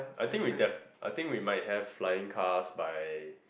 I think we def~ I think we might have flying cars by